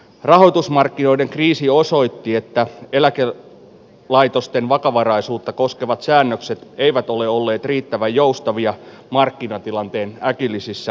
rahoitusmarkkinoiden kriisi osoitti että eläkelaitosten vakavaraisuutta koskevat säännökset eivät ole olleet riittävän joustavia markkinatilanteen äkillisissä muutoksissa